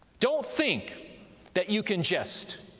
don't think that you can just